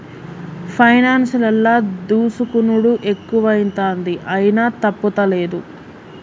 పైనాన్సులల్ల దోసుకునుడు ఎక్కువైతంది, అయినా తప్పుతలేదు